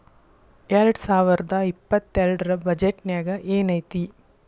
ಎರ್ಡ್ಸಾವರ್ದಾ ಇಪ್ಪತ್ತೆರ್ಡ್ ರ್ ಬಜೆಟ್ ನ್ಯಾಗ್ ಏನೈತಿ?